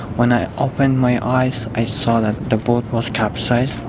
when i opened my eyes i saw that the boat was capsized.